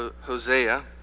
Hosea